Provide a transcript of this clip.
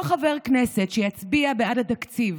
כל חבר כנסת שיצביע בעד התקציב